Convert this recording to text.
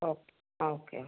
okay ആ okay okay